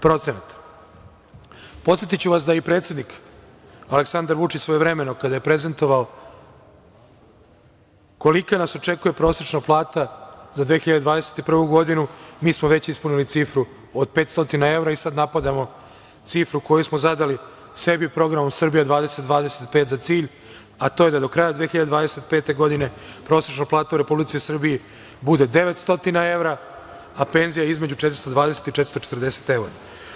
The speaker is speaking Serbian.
Podsetiću vas da je i predsednik Aleksandar Vučić svojevremeno kada je prezentovao kolika nas očekuje prosečna plata za 2021. godinu, mi smo već ispunili cifru od 500 evra i sad napadamo cifru koju smo zadali sebi programom „Srbija 2025“ za cilj, a to je da do kraja 2025. godine prosečna plata u Republici Srbiji bude 900 evra, a penzija između 420 i 440 evra.